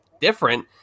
different